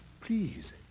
Please